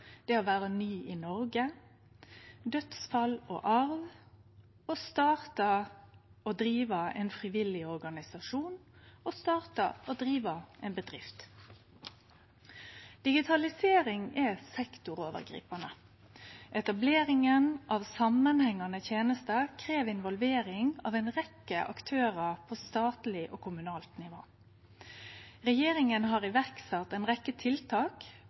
og drive ein frivillig organisasjon og å starte og drive ei bedrift. Digitalisering er sektorovergripande. Etableringa av samanhengande tenester krev involvering av ei rekkje aktørar på statleg og kommunalt nivå. Regjeringa har sett i verk ei rekkje tiltak